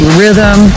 rhythm